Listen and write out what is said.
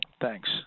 thanks